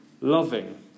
Loving